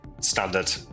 Standard